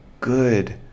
good